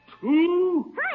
two